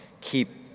Keep